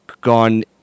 gone